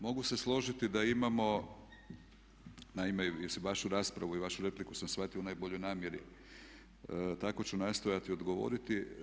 Mogu se složiti da imamo, naime jer vašu raspravu i vašu repliku sam shvatio u najboljoj namjeri, tako ću i nastojati odgovoriti.